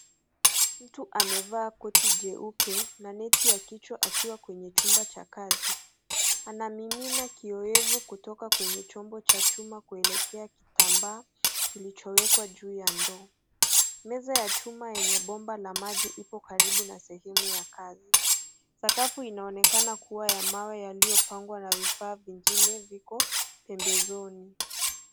Mtu amevaa koti jeupe na neti ya kichwa akiwa kwenye chumba cha kazi. Anamimina kiowevu kutoka kwenye chombo cha chuma kuelekea kitambaa kilichowekwa juu ya ndoo. Meza ya chuma yenye bomba la maji ipo karibu na sehemu ya kazi. Sakafu inaonekana kuwa ya mawe yaliyopangwa na vifaa vingine viko pembezoni.